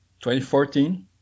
2014